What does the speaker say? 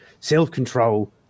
self-control